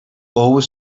always